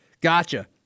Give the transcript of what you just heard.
gotcha